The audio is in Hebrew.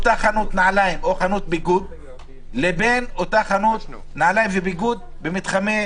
בואו נעשה שכל גם לתושבים ולא נחכה עוד שבוע או שבועיים שהתחלואה תעלה.